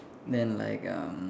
then like uh